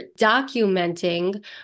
documenting